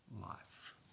Life